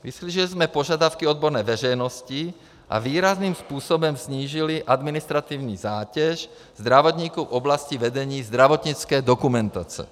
Vyslyšeli jsme požadavky odborné veřejnosti a výrazným způsobem snížili administrativní zátěž zdravotníků v oblasti vedení zdravotnické dokumentace.